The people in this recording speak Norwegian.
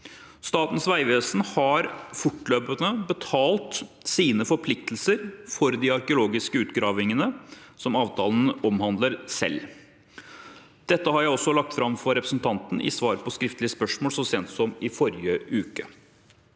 Statens vegvesen har fortløpende selv betalt sine forpliktelser for de arkeologiske utgravingene avtalen omhandler. Dette har jeg lagt fram for representanten i svar på skriftlig spørsmål så sent som i forrige uke.